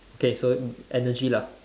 okay so energy lah